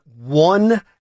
one